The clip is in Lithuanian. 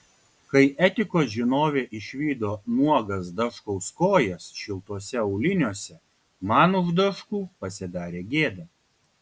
kai etikos žinovė išvydo nuogas daškaus kojas šiltuose auliniuose man už daškų pasidarė gėda